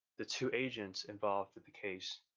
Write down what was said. the two agents involved with the case,